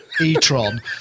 e-tron